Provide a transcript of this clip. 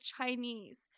Chinese